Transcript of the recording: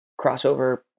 crossover